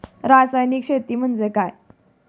रासायनिक शेती म्हणजे काय?